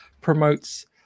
promotes